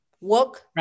Work